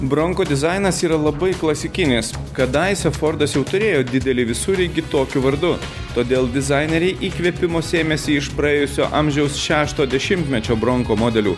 bronko dizainas yra labai klasikinis kadaise fordas jau turėjo didelį visureigį tokiu vardu todėl dizaineriai įkvėpimo sėmėsi iš praėjusio amžiaus šešto dešimtmečio bronko modelių